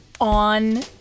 on